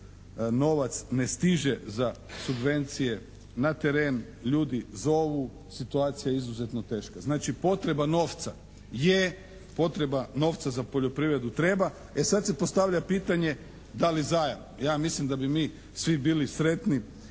novac ne stiže za subvencije na teren, ljudi zovu, situacija je izuzetno teška. Znači potreba novca je potreba novca za poljoprivredu treba. E sad se postavlja pitanje da li zajam? Ja mislim da bi mi svi bili sretni